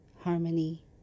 harmony